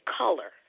color